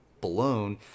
blown